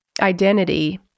identity